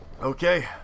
Okay